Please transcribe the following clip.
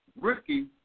rookie